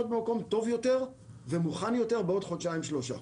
במקום טוב יותר ומוכן יותר בעוד חודשיים שלושה.